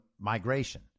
migration